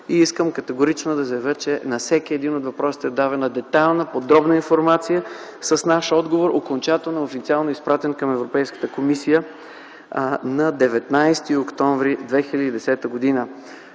Категорично ще заявя, че на всеки от въпросите е давана детайлна и подробна информация с наш отговор – окончателно и официално изпратен към Европейската комисия на 19 октомври 2010 г.